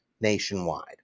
nationwide